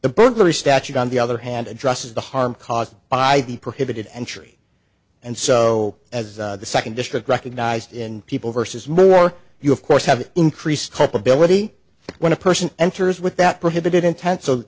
the burglary statute on the other hand addresses the harm caused by the prohibited entry and so as the second district recognized in people versus more you of course have increased culpability when a person enters with that prohibited intent so